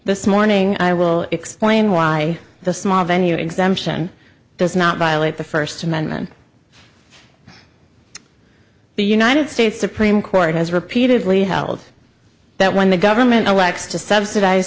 this morning i will explain why the small venue exemption does not violate the first amendment the united states supreme court has repeatedly held that when the government elects to subsidize